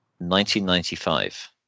1995